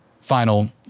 final